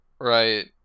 Right